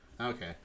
Okay